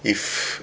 if